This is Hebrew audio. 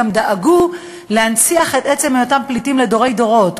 גם דאגו להנציח את עצם היותם פליטים לדורי דורות,